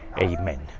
Amen